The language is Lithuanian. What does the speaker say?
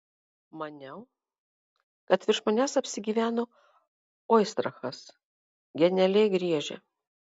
maniau kad virš manęs apsigyveno oistrachas genialiai griežia